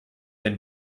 ein